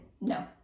No